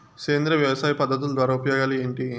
సేంద్రియ వ్యవసాయ పద్ధతుల ద్వారా ఉపయోగాలు ఏంటి?